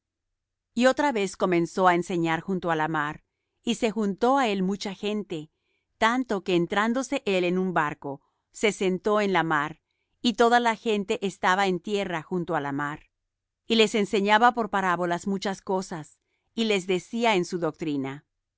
y otra vez comenzó á enseñar junto á la mar y se juntó á él mucha gente tanto que entrándose él en un barco se sentó en la mar y toda la gente estaba en tierra junto á la mar y les enseñaba por parábolas muchas cosas y les decía en su doctrina